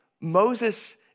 Moses